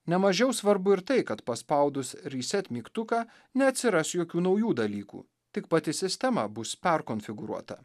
nemažiau svarbu ir tai kad paspaudus reset mygtuką neatsiras jokių naujų dalykų tik pati sistema bus perkonfigūruota